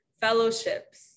fellowships